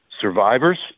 survivors